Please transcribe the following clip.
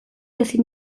ezin